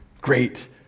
great